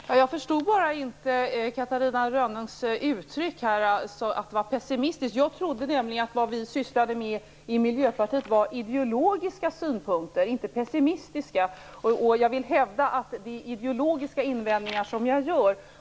Fru talman! Jag förstod bara inte Catarina Rönnungs uttalande om att vi skulle vara pessimistiska. Jag menar att det som vi i Miljöpartiet ägnat oss åt varit ideologiska synpunkter, inte pessimistiska. Jag vill hävda att det är ideologiska invändningar som jag gör.